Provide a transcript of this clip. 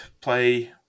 play